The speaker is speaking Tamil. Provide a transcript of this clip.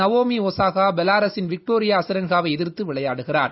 நவோமி ஒசாகா பெவாரஸின் விக்டோரியா அசரென்கா வை எதிர்த்து விளையாடுகிறார்